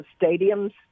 stadiums